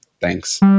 thanks